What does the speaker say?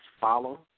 follow